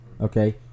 Okay